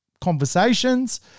conversations